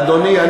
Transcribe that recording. אדוני,